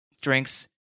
drinks